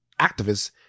activists